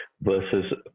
versus